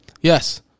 yes